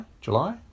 July